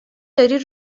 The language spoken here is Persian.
داری